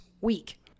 week